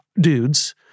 dudes